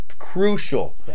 crucial